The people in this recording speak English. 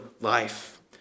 life